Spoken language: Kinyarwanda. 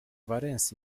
valens